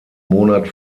monat